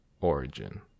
origin